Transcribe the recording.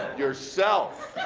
yourself.